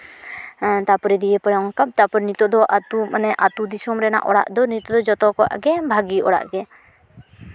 ᱛᱟᱨᱯᱚᱨᱮ ᱫᱤᱭᱮᱯᱚᱨᱮ ᱚᱱᱠᱟ ᱛᱟᱨᱯᱚᱨᱮ ᱱᱤᱛᱳᱜ ᱫᱚ ᱢᱟᱱᱮ ᱟᱹᱛᱩ ᱫᱤᱥᱚᱢ ᱨᱮᱱᱟᱜ ᱚᱲᱟᱜ ᱫᱚ ᱱᱤᱛ ᱫᱚ ᱡᱚᱛᱚ ᱠᱚᱣᱟᱜ ᱜᱮ ᱵᱷᱟᱜᱮ ᱚᱲᱟᱜ ᱜᱮ